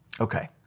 Okay